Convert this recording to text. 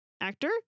Actor